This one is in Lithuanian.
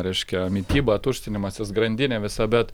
reiškia mityba tuštinimasis grandinė visa bet